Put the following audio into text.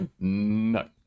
No